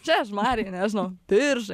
žiežmariai nežinau biržai